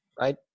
right